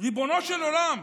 ריבונו של עולם.